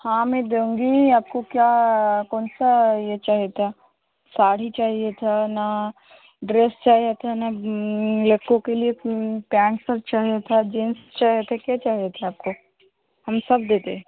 हाँ मैं देउंगी ही आपको क्या कौन सा ये चहिए था साड़ी चाहिए था ना ड्रेस चाहिए था ना लड़कों के लिए पैंट शर्ट चाहिए था जींस चाहिए था क्या चाहिए था आपको हम सब देते हैं